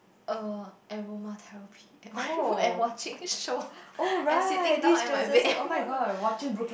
err aroma therapy that one and watching show and sitting down at my bed